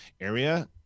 area